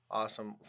awesome